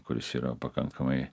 kuris yra pakankamai